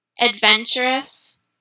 adventurous